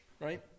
right